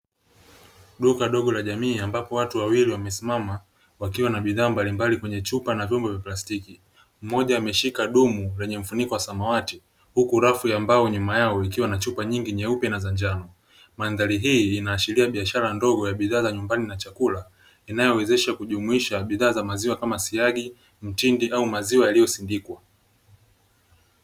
Duka dogo la jamii ambapo watu wawili wamesimama wakiwa na bidhaa mbalimbali kwenye chupa pamoja na vyombo vya plastiki, mmoja ameshika dumu lenye mfuniko wa samawati huku rafu ya mbao nyuma yao ikiwa na chupa nyeupe na manjano. Mandhari hii inaashiria biashara ndogo ya bidhaa za nyumbani na chakula, inayowezesha kujumuisha bidhaa za maziwa kama siagi, mtindi au maziwa yaliyosindikwa.